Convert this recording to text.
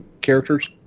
characters